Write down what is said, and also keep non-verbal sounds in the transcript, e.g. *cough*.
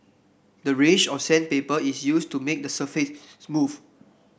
the range of sandpaper is used to make the surface *noise* smooth